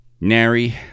Nary